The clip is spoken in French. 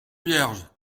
vierge